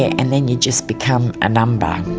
and then you just become a number,